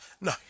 No